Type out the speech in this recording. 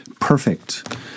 perfect